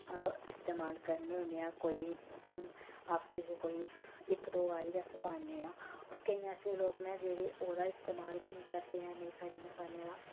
इस्तेमाल करने होन्ने आं कोई हफ्ते च कोई इक दो बारी अस पान्ने आं होर केईं ऐसे लोक न जेह्ड़े ओह्दा इस्तेमाल गै नेईंं करदे हैन एह् खड़े मसाले दा